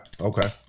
okay